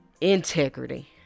integrity